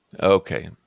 Okay